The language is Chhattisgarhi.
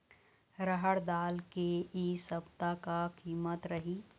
रहड़ दाल के इ सप्ता का कीमत रही?